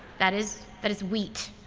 that is that is wheat.